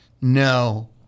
no